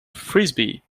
frisbee